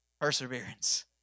perseverance